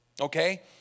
Okay